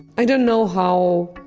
i don't know how